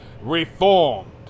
reformed